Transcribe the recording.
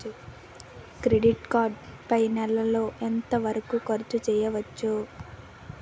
Credit card పై నెల లో ఎంత వరకూ ఖర్చు చేయవచ్చు?